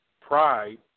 pride